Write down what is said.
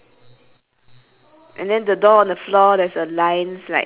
I have six also then the carrots have four like that three to four